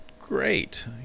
great